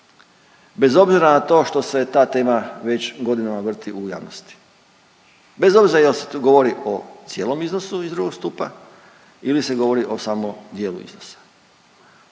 bez obzira na to što se ta tema već godinama vrti u javnosti. Bez obzira jel se tu govori o cijelom iznosu iz 2. stupa ili se govori o samo dijelu iznosa.